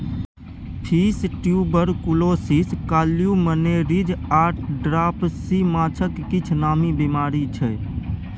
fish tuberculosis, columnaris आ dropsy माछक किछ नामी बेमारी छै